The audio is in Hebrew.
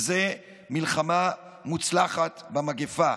שזה מלחמה מוצלחת במגפה.